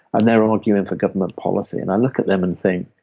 and they're arguing for government policy. and i look at them and think,